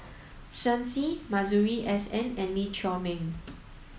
Shen Xi Masuri S N and Lee Chiaw Meng